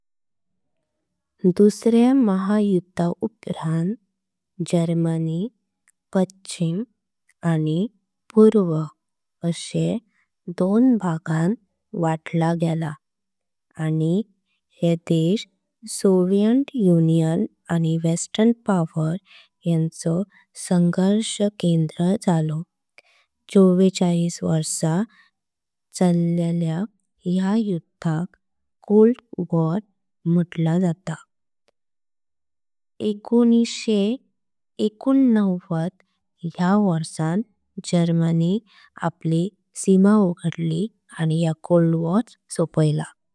दूसऱ्या महा युद्धा उपरांत जर्मनी पश्चिम आणि पूर्व असे। दोन भागांत वाटला गेला आणि हे देश सोवियत युनियन। आणि वेस्टर्न पावर येंचो संघर्ष केंद्र झालो चव्वेचाळीस। वर्ष चाल्लेल्या या युद्धाक कोल्ड वॉर म्हटलां जातां। एकोणऐंशीकुण्णव्वत या वर्षां जर्मनी आपली सीमा। उघडली आणि या कोल्ड वॉर सोपायला।